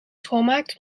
schoonmaakt